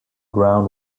ground